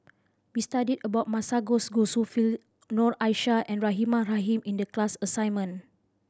we studied about Masagos Zulkifli Noor Aishah and Rahimah Rahim in the class assignment